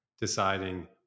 deciding